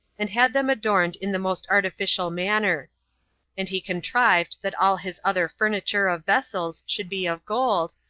and had them adorned in the most artificial manner and he contrived that all his other furniture of vessels should be of gold,